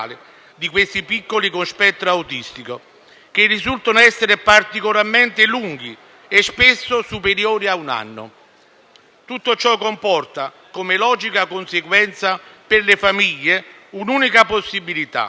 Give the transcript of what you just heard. di questi piccoli con spettro autistico, che risultano essere particolarmente lunghi e, spesso, superiori a un anno. Tutto ciò comporta, come logica conseguenza per le famiglie, un'unica possibilità: